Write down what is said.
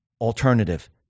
alternative